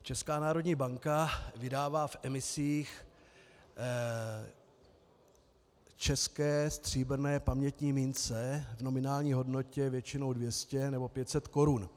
Česká národní banka vydává v emisích české stříbrné pamětní mince v nominální hodnotě většinou 200 nebo 500 korun.